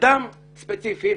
אדם ספציפי.